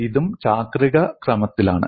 ഇതും ചാക്രിക ക്രമത്തിലാണ്